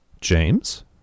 James